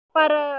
para